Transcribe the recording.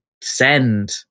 send